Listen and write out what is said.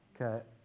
Okay